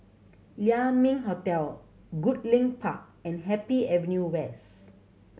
Lai Ming Hotel Goodlink Park and Happy Avenue West